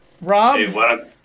Rob